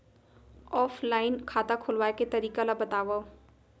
Offline खाता खोलवाय के तरीका ल बतावव?